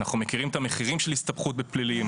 אנחנו מכירים את המחירים של הסתבכות בפלילים,